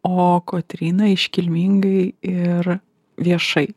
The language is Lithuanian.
o kotryna iškilmingai ir viešai